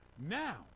Now